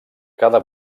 cada